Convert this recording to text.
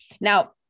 Now